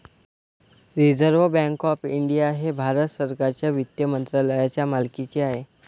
reserve Bank of India हे भारत सरकारच्या वित्त मंत्रालयाच्या मालकीचे आहे